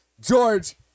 George